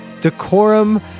decorum